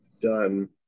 Done